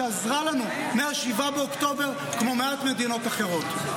שעזרה לנו מ-7 באוקטובר כמו מעט מדינות אחרות?